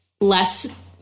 less